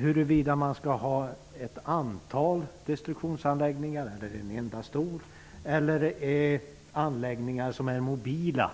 Huruvida man skall ha ett antal destruktionsanläggningar eller en enda stor, och om man skall ha mobila anläggningar